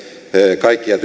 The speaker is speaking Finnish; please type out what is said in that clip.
kaikkia